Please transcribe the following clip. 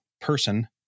person